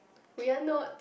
we are not